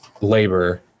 labor